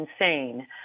insane